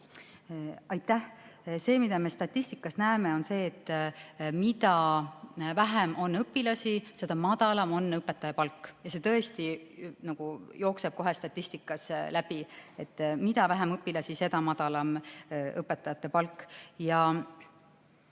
Aitäh! Me statistikast näeme, et mida vähem on õpilasi, seda madalam on õpetajate palk. See tõesti jookseb kohe statistikast läbi, et mida vähem õpilasi, seda madalam on õpetajate